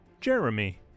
Jeremy